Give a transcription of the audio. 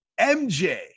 MJ